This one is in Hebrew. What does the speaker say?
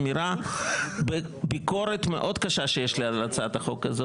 אמירה, ביקורת מאוד קשה שיש לי על הצעת החוק הזאת.